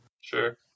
Sure